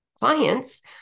clients